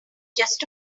just